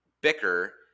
bicker